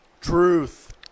Truth